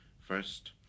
First